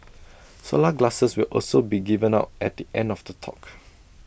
solar glasses will also be given out at the end of the talk